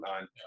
on